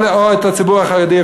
או הציבור החרדי,